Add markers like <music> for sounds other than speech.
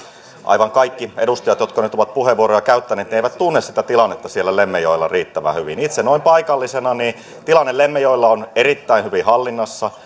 aivan kaikki edustajat jotka nyt ovat puheenvuoroja käyttäneet eivät tunne sitä tilannetta siellä lemmenjoella riittävän hyvin itse noin paikallisena totean että tilanne lemmenjoella on erittäin hyvin hallinnassa <unintelligible>